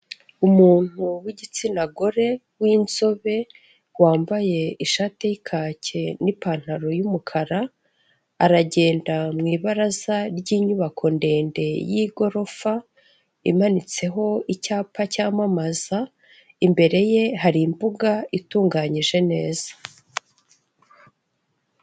Umuntu w'igitsina gore w'inzobe wambaye ishati y'ikacye n'ipantaro y'umukara, aragenda mu ibaraza ry'inyubako ndende y'igorofa, imanitseho icyapa cyamamaza, imbere ye hari imbuga itunganyije neza.